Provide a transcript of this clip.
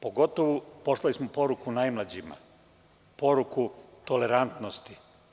Pogotovo smo poslali poruku najmlađima, poruku tolerantnosti.